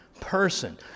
person